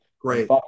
Great